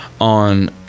on